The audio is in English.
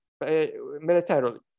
militarily